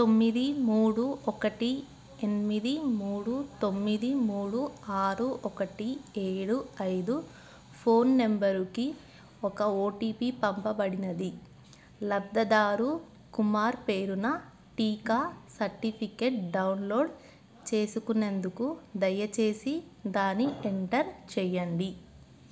తొమ్మిది మూడు ఒకటి ఎనిమిది మూడు తొమ్మిది మూడు ఆరు ఒకటి ఏడు ఐదు ఫోన్ నంబరుకి ఒక ఓటీపీ పంపబడినది లబ్ధదారు కుమార్ పేరున టీకా సర్టిఫికేట్ డౌన్లోడ్ చేసుకునేందుకు దయచేసి దాని ఎంటర్ చెయ్యండి